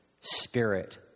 spirit